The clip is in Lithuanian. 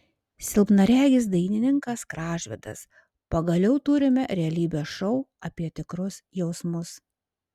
silpnaregis dainininkas gražvydas pagaliau turime realybės šou apie tikrus jausmus